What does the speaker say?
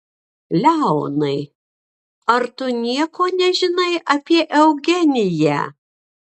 leonai ar tu nieko nežinai apie eugeniją